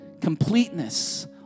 completeness